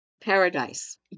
Paradise